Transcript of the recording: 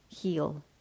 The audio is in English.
heal